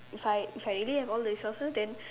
if I if I really have all the resources then